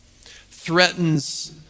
threatens